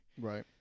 Right